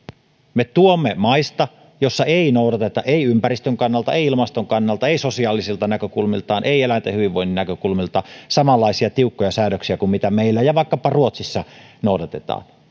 me tuomme maista joissa ei noudateta ei ympäristön kannalta ei ilmaston kannalta ei sosiaalisilta näkökulmiltaan ei eläinten hyvinvoinnin näkökulmilta samanlaisia tiukkoja säädöksiä kuin meillä ja vaikkapa ruotsissa noudatetaan